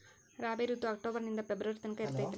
ರಾಬಿ ಋತು ಅಕ್ಟೋಬರ್ ನಿಂದ ಫೆಬ್ರುವರಿ ತನಕ ಇರತೈತ್ರಿ